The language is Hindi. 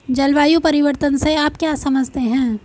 जलवायु परिवर्तन से आप क्या समझते हैं?